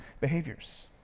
behaviors